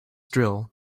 drill